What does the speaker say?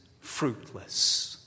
fruitless